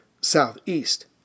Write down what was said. southeast